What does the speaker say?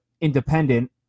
independent